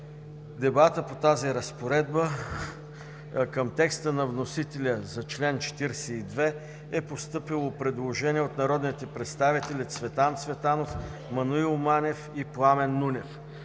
дебата по тази разпоредба към текста на вносителя за чл. 42 е постъпило предложение от народните представители Цветан Цветанов, Маноил Манев и Пламен Нунев.